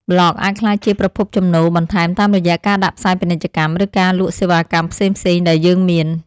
ប្លក់អាចក្លាយជាប្រភពចំណូលបន្ថែមតាមរយៈការដាក់ផ្សាយពាណិជ្ជកម្ម ឬការលក់សេវាកម្មផ្សេងៗដែលយើងមាន។